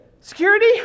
security